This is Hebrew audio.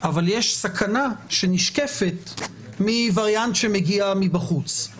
אבל יש סכנה שנשקפת מווריאנט שמגיע מבחוץ.